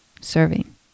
serving